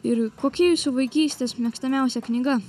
ir kokia jūsų vaikystės mėgstamiausia knyga